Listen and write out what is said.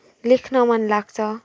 लेख्न मनलाग्छ